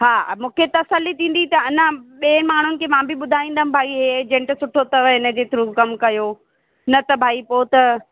हा मूंखे तसली थींदी त अञा ॿिए माण्हू खे मां बि ॿुधाईंदमि भई हीउ एजेंट सुठो अथव हिनजे थ्रू कमु कयो न त भई पोइ त